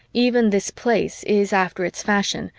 even this place is, after its fashion,